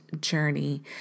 journey